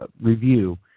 review